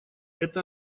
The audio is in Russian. это